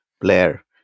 Blair